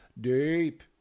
deep